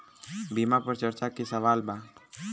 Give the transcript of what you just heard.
बीमा पर चर्चा के सवाल बा?